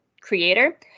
creator